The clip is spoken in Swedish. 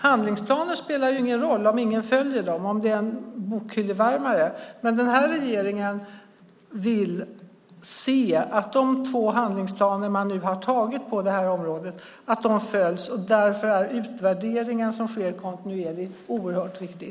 Handlingsplaner spelar ingen roll om ingen följer dem, om det är en bokhyllevärmare. Men den här regeringen vill se att de två handlingsplaner man nu har beslutat om på det här området följs. Därför är utvärderingen som sker kontinuerligt oerhört viktig.